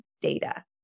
data